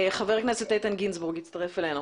חבר הכנסת איתן גינזבורג שהצטרף אלינו.